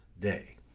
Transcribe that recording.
day